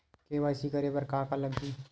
KYC करे बर का का लगही?